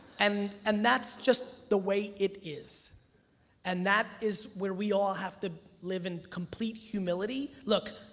and and that's just the way it is and that is where we all have to live in complete humility. look,